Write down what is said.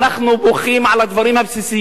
אנחנו בוכים על הדברים הבסיסיים.